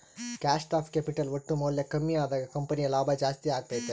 cost of capital ಒಟ್ಟು ಮೌಲ್ಯ ಕಮ್ಮಿ ಅದಾಗ ಕಂಪನಿಯ ಲಾಭ ಜಾಸ್ತಿ ಅಗತ್ಯೆತೆ